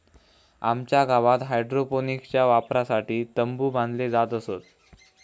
आमच्या गावात हायड्रोपोनिक्सच्या वापरासाठी तंबु बांधले जात असत